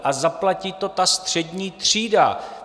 A zaplatí to ta střední třída!